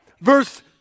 verse